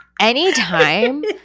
anytime